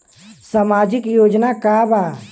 सामाजिक योजना का बा?